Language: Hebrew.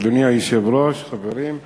אדוני היושב-ראש, חברים,